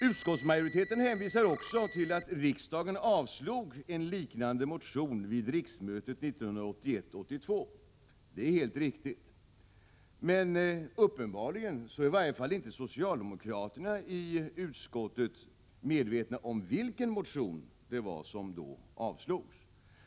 Utskottsmajoriteten hänvisar vidare till att riksdagen avslog en liknande motion vid riksmötet 1981/82. Det är helt riktigt. Men uppenbarligen är i varje fall socialdemokraterna i utskottet inte medvetna om vilken motion det var som då avslogs!